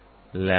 lambda a